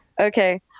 Okay